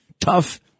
tough